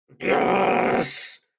yes